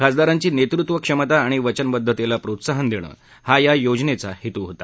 खासदारांची नेतृत्व क्षमता आणि वचनबद्धतेला प्रोत्साहन देणं हा या योजनेचा हेतू होता